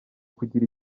kugira